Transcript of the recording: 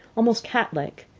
almost catlike,